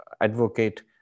advocate